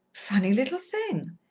funny little thing!